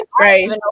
right